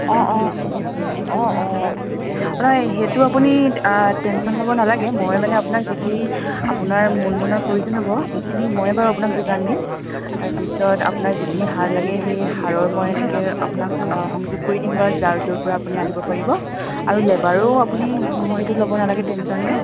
অ অ অ অ নহয় সেইটো আপুনি আ টেনশ্যন ল'ব নালাগে মই মানে আপোনাক যিখিনি আপোনাৰ মূলধনৰ প্ৰয়োজন হ'ব সেইখিনি ময়েই বাৰু আপোনাক যোগান দিম তাৰপিছত আপোনাৰ যিখিনি সাৰ লাগে সেই সাৰৰ মই এনেকৈ আপোনাক আ সংযোগ কৰি দিম বাৰু যাৰ য'ৰ পৰা আপুনি আনিব পাৰিব আৰু লেবাৰো আপুনি সেইটো ল'ব নালাগে টেনশ্যনটো